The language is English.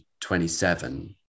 27